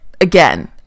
again